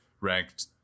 ranked